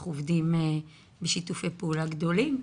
אנחנו עובדים בשיתופי פעולה גדולים.